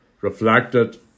reflected